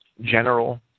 general